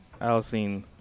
Alcine